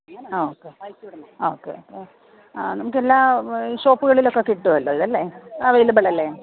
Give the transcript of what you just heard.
ആ ഓക്കെ ആ okay okay ആ നമുക്ക് എല്ലാ ഷോപ്പുകളിലൊക്കെ കിട്ടുമല്ലോ അല്ലേ അവൈലബിൾ അല്ലേ